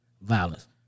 violence